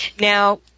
Now